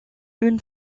une